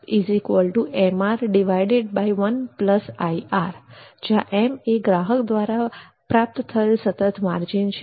CLVmr1ir જ્યાં m એ ગ્રાહક દ્વારા પ્રાપ્ત થયેલ સતત માર્જિન છે